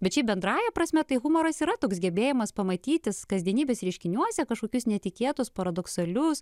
bet šiaip bendrąja prasme tai humoras yra toks gebėjimas pamatyti kasdienybės reiškiniuose kažkokius netikėtus paradoksalius